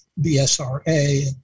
BSRA